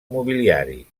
mobiliari